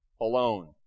alone